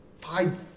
Five